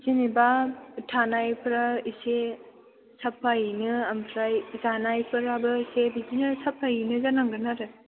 जेनेबा थानायफ्रा इसे साफायैनो ओमफ्राय जानायफोराबो इसे बिदिनो साफायैनो जानांगोन आरो